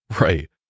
Right